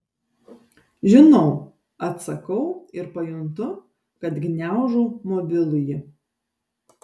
žinau atsakau ir pajuntu kad gniaužau mobilųjį